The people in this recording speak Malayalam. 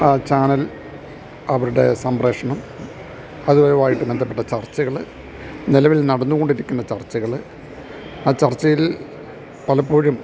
ആ ചാനൽ അവരുടെ സംപ്രേക്ഷണം അതുമായിട്ട് ബന്ധപ്പെട്ട ചർച്ചകള് നിലവിൽ നടന്നുകൊണ്ടിരിക്കുന്ന ചർച്ചകള് ആ ചർച്ചയിൽ പലപ്പോഴും